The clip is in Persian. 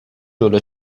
جلو